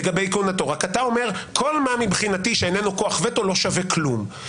רק אתה אומר: כל מה מבחינתי שאיננו כוח וטו לא שווה כלום,